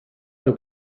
you